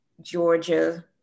Georgia